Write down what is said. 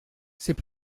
c’est